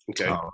Okay